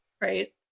Right